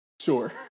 Sure